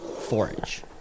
forage